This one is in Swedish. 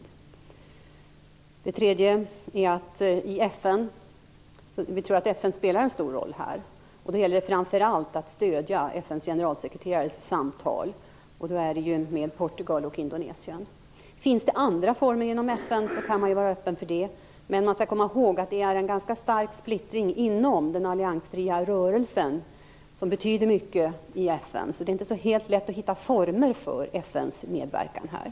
För det tredje tror vi att FN spelar en stor roll här. Det gäller då framför allt att stödja FN:s generalsekreterares samtal med Portugal och Indonesien. Finns det andra former genom FN, så kan man vara öppen för sådana. Men man skall komma ihåg att det är en ganska stark splittring inom den alliansfria rörelsen, som betyder mycket i FN. Det är således inte helt lätt att hitta former för FN:s medverkan här.